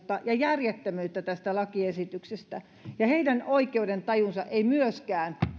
ja järjettömyyttä tästä lakiesityksestä ja heidän oikeudentajunsa ei myöskään